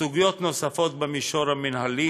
סוגיות נוספות במישור המינהלי,